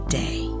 day